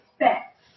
expect